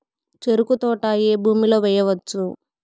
చెరుకు తోట ఏ భూమిలో వేయవచ్చు?